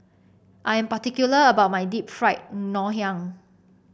I am particular about my Deep Fried Ngoh Hiang